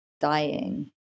dying